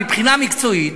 מבחינה מקצועית,